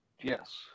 Yes